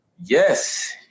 Yes